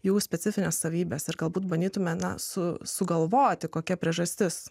jų specifines savybes ir galbūt bandytų na su sugalvoti kokia priežastis